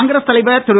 காங்கிரஸ் தலைவர் திரு